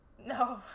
No